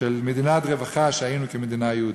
מדינת רווחה שהיינו כמדינה יהודית.